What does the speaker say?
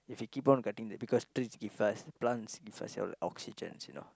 if he keep on cutting the because trees give us plants gives us oxygen you know